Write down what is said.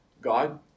God